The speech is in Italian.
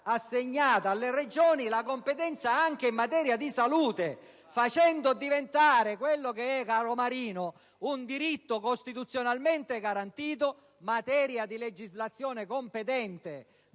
assegnata alle Regioni la competenza anche in materia di salute, facendo diventare un diritto costituzionalmente garantito materia di legislazione concorrente,